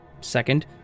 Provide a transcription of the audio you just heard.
Second